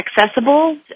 accessible